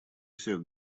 всех